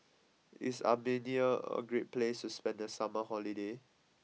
is Armenia a great place to spend the summer holiday